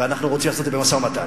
ואנחנו רוצים לעשות את זה במשא-ומתן.